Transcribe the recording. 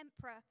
emperor